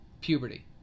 puberty